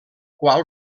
qual